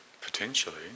potentially